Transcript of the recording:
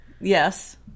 Yes